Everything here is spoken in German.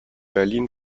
berlin